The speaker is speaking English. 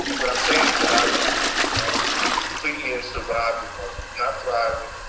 what i'm saying is that i was i was completely in survival mode, not thriving,